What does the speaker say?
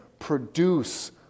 Produce